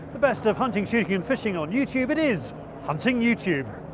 the best of hunting, shooting and fishing on youtube. it is hunting youtube.